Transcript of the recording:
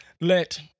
let